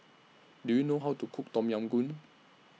Do YOU know How to Cook Tom Yam Goong